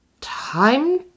time